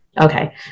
Okay